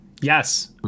Yes